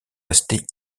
resté